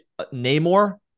Namor